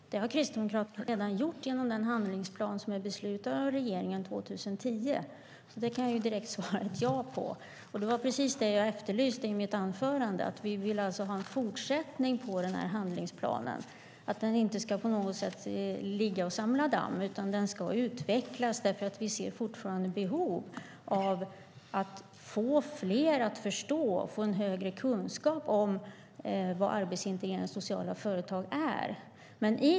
Herr talman! Det har Kristdemokraterna redan gjort genom den handlingsplan som är beslutad av regeringen 2010, så det kan jag direkt svara ja på. Det var precis det jag efterlyste i mitt anförande: Vi vill alltså ha en fortsättning på den här handlingsplanen. Den ska inte ligga och samla damm, utan den ska utvecklas eftersom vi fortfarande ser behov av att få fler att förstå och få en större kunskap om vad arbetsintegrerande sociala företag är.